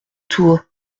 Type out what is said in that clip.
tout